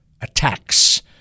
attacks